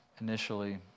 initially